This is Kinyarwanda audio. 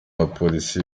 abapolisi